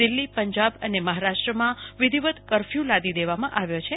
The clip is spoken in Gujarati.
દિલ્હીપંજાબ અને મહારાષ્ટ્રમાં વિધિવત કર્ફયુ લાદી દેવાયો છે